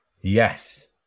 Yes